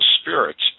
spirits